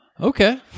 Okay